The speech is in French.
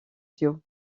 joe